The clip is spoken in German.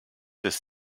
des